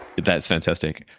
that's fantastic.